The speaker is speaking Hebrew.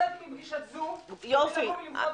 יצאתי מפגישת זום ובאתי לכאן.